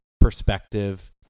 perspective